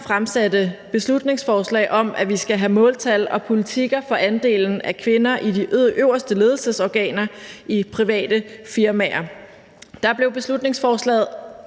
fremsatte et beslutningsforslag om, at vi skal have måltal og politikker for andelen af kvinder i de øverste ledelsesorganer i private firmaer, blev beslutningsforslaget